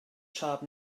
sharp